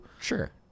Sure